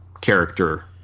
character